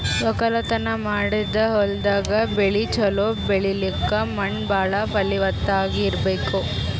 ವಕ್ಕಲತನ್ ಮಾಡದ್ ಹೊಲ್ದಾಗ ಬೆಳಿ ಛಲೋ ಬೆಳಿಲಕ್ಕ್ ಮಣ್ಣ್ ಭಾಳ್ ಫಲವತ್ತಾಗ್ ಇರ್ಬೆಕ್